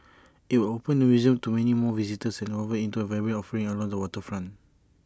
IT would open the museum to many more visitors and convert IT into A vibrant offering along the waterfront